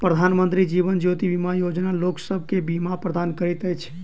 प्रधानमंत्री जीवन ज्योति बीमा योजना लोकसभ के बीमा प्रदान करैत अछि